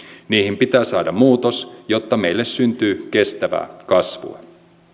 niihin pitää saada muutos jotta meille syntyy kestävää kasvua